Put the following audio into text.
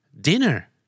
Dinner